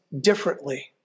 Differently